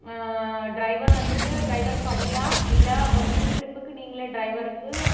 driver வந்துட்டு driver படியா இல்லை ஒரு ஃபுல் ட்ரிப்புக்கு நீங்களே டிரைவருக்கு